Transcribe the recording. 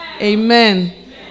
Amen